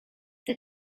the